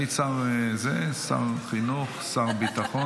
היית שר החינוך, שר הביטחון.